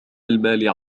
المال